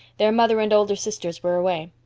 their mother and older sisters were away.